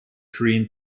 korean